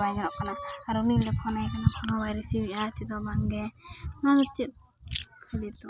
ᱵᱟᱭ ᱧᱮᱞᱚᱜ ᱠᱟᱱᱟ ᱟᱨ ᱩᱱᱤᱞᱮ ᱯᱷᱳᱱᱟᱭ ᱠᱟᱱᱟ ᱯᱷᱳᱱ ᱦᱚᱸ ᱵᱟᱭ ᱨᱤᱥᱤᱵᱮᱜᱼᱟ ᱪᱮᱫᱦᱚᱸ ᱵᱟᱝᱜᱮ ᱚᱱᱟ ᱪᱮᱫ ᱞᱟᱹᱜᱤᱫ ᱫᱚ